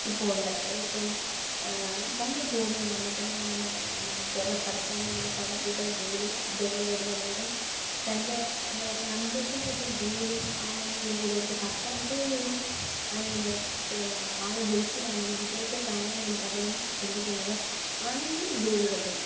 ഇപ്പോൾ ഉണ്ട് ഇപ്പം പല ജോലികളുണ്ട് ഇപ്പം തന്നെ നമ്മുടെ എന്താണ് കേരള സർക്കാരിൻ്റെയിൽ പല വിധ ജോലി ഇതകൾ വരുന്നുണ്ടെങ്കിലും തൻ്റെ എന്താ പറയുക അന്തസ്സിന് പറ്റിയ ജോലി ആണോന്നെ നോക്കത്തൊള്ളു ഇപ്പം സർക്കാർ ജോലി ഒന്നും ആരും പിന്നെ എന്താണ് ആള് ഗൾഫിലാണോ വിദേശത്താണോന്നാണ് പലരും ചിന്തിക്കുന്നത് ആണെങ്കിൽ ജോലി കിട്ടും